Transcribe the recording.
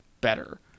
better